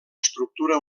estructura